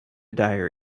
diary